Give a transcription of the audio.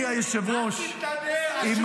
שר האנרגיה והתשתיות אלי כהן: אדוני היושב-ראש -- תתקדם,